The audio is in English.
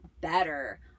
better